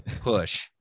push